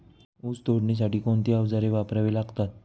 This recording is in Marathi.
ऊस तोडणीसाठी कोणती अवजारे वापरावी लागतात?